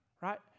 right